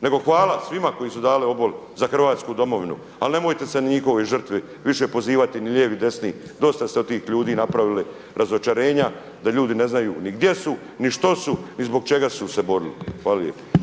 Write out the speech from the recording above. Nego hvala svima koji su dali obol za Hrvatsku domovinu ali nemojte se na njihovoj žrtvi više pozivati ni lijevi ni desni, dosta ste od tih ljudi napravili razočarenja da ljudi ne znaju ni gdje su ni što su ni zbog čega su se borili. Hvala lijepa.